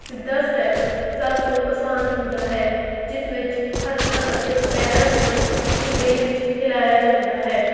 ਸਿੱਧਾ ਸਟੈਪ ਸਭ ਤੋਂ ਆਸਾਨ ਹੁੰਦਾ ਹੈ ਜਿਸ ਵਿੱਚ ਹੱਥਾਂ ਅਤੇ ਪੈਰਾਂ ਨੂੰ ਇੱਕ ਲੇਹ ਵਿੱਚ ਹਿਲਾਇਆ ਜਾਂਦਾ ਹੈ